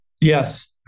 Yes